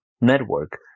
network